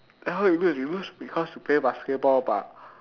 then how you lose you lose because you play basketball but